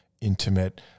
intimate